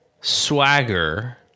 swagger